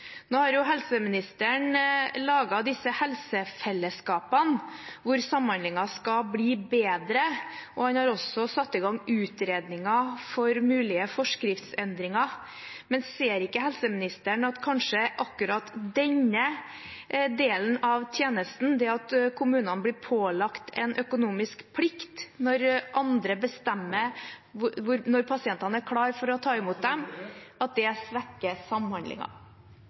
Nå har jo helseministeren laget disse helsefellesskapene, der samhandlingen skal bli bedre, og han har også satt i gang utredninger for mulige forskriftsendringer. Men ser ikke helseministeren at kanskje akkurat denne delen av tjenesten, det at kommunene blir pålagt en økonomisk plikt når andre bestemmer når pasientene er klare for å tas imot, svekker samhandlingen? Det